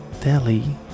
Delhi